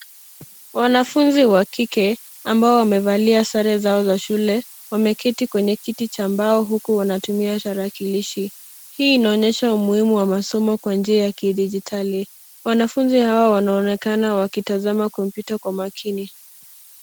Wanafunzi wa kike, ambao wamevalia sare zao za shule, wameketi kwenye kiti chao cha mbao huku wanatumia tarakilishi. Hiii inaonyesha umuhimu wa masomo kwa njia ya kidijitari. Wanafunzi hawa wanaonekana wakitazama kompyuta kwa makini.